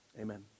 amen